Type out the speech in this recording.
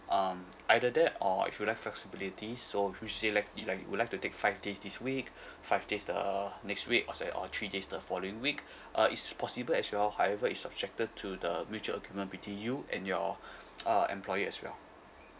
um either that or if you'd like flexibility so which to say like you'd like would like to take five days this week five days the next week or say or three days the following week uh it's possible as well however it's subjected to the mutual agreement between you and your uh employer as well